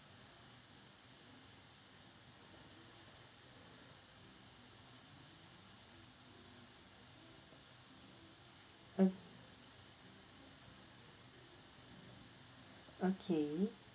uh okay